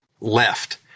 left